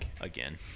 Again